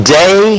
day